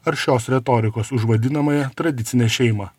aršios retorikos už vadinamąją tradicinę šeimą